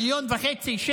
1.5 מיליון,